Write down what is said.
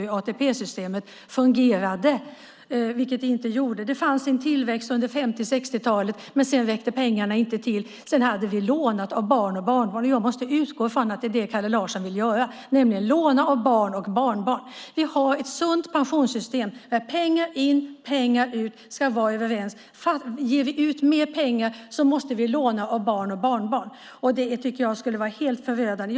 Det fanns en tillväxt under 1950 och 1960-talen, men sedan räckte pengarna inte till. Sedan fick vi låna av barn och barnbarn. Jag måste utgå från att det är det Kalle Larsson vill göra. Vi har i dag ett sunt pensionssystem där det kommer in lika mycket pengar som betalas ut. Ger vi ut mer pengar måste vi låna av barn och barnbarn. Det skulle vara helt förödande.